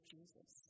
Jesus